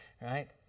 right